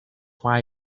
why